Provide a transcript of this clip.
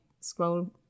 scroll